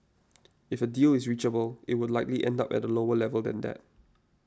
if a deal is reachable it would likely end up at a lower level than that